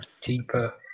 cheaper